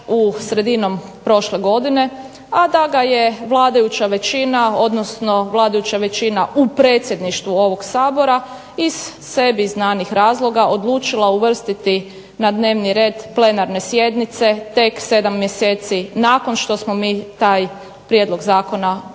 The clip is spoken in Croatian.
sredinom prošle godine, a da ga je vladajuća većina, odnosno vladajuća većina u Predsjedništvu ovog Sabora iz sebi znanih razloga odlučila uvrstiti na dnevni red plenarne sjednice tek 7 mjeseci nakon što smo mi taj prijedlog zakona uputili